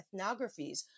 ethnographies